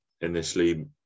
initially